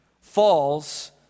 falls